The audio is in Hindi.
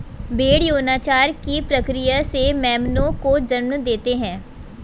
भ़ेड़ यौनाचार की प्रक्रिया से मेमनों को जन्म देते हैं